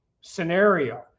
scenario